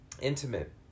intimate